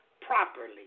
properly